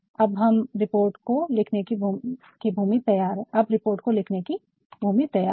अब अब रिपोर्ट को लिखने कि भूमि तैयार है